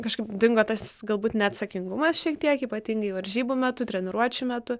kažkaip dingo tas galbūt neatsakingumas šiek tiek ypatingai varžybų metu treniruočių metu